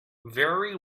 very